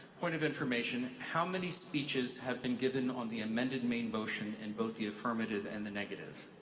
point of information how many speeches have been given on the amended main motion in both the affirmative and the negative?